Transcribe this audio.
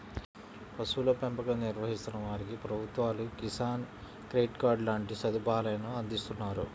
పశువుల పెంపకం నిర్వహిస్తున్న వారికి ప్రభుత్వాలు కిసాన్ క్రెడిట్ కార్డు లాంటి సదుపాయాలను అందిస్తున్నారు